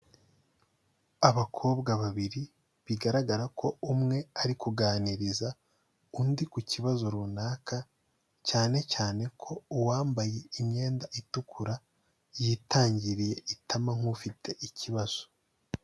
Abakobwa babiri bigaragara ko umwe ari kuganiriza undi ku kibazo runaka, cyane cyane ko uwambaye imyenda itukura yitangiriye itama nk'ufite ikibazo.